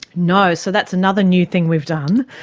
no, so that's another new thing we've done.